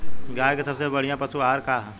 गाय के सबसे बढ़िया पशु आहार का ह?